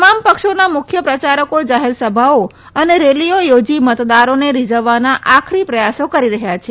તમામ પક્ષોના મુખ્ય પ્રચારકો જાહેરસભાઓ અને રેલીઓ યોજી મતદારોને રીજવવાના આખરી પ્રથાસો કરી રહયાં છે